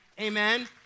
Amen